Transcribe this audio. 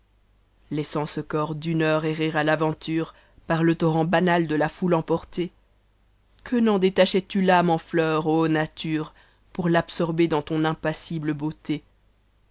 ssant ce corps d'une heure errer l'aventure par te torrent banal de la foule emporté que n'en detachats tu rame en fleur ô nature mtr absorber dans ton impassible beauté